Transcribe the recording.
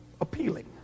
appealing